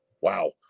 wow